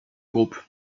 groupe